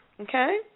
Okay